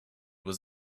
was